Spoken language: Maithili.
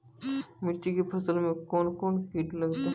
मिर्ची के फसल मे कौन कौन कीट लगते हैं?